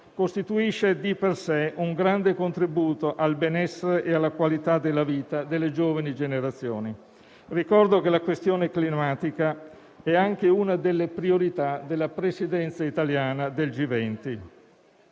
costituisce di per sé un grande contributo al benessere e alla qualità della vita delle giovani generazioni. Ricordo che la questione climatica è anche una delle priorità della Presidenza italiana del G20.